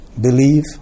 Believe